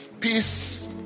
peace